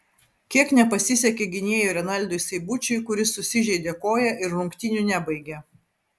kiek nepasisekė gynėjui renaldui seibučiui kuris susižeidė koją ir rungtynių nebaigė